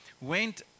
went